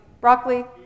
broccoli